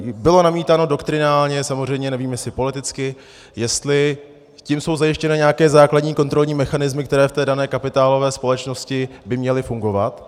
Bylo namítáno doktrinálně samozřejmě, nevím, jestli politicky, jestli tím jsou zajištěny nějaké základní kontrolní mechanismy, které v té dané kapitálové společnosti by měly fungovat.